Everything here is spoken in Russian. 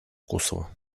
косово